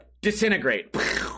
disintegrate